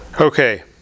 Okay